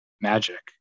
magic